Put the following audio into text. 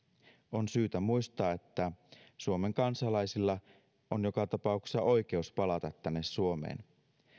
on syytä muistaa että suomen kansalaisilla on joka tapauksessa oikeus palata tänne suomeen